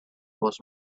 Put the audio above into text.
was